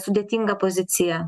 sudėtinga pozicija